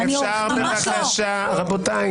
אם אני עורכת דין --- אפשר בבקשה, רבותיי?